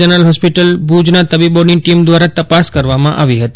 general hospital ભુજના તબીબોની team દ્વારા તપાસ કરવામાં આવી ફતી